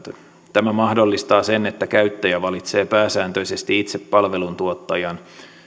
tämä mahdollistaa sen että käyttäjä valitsee pääsääntöisesti itse palveluntuottajan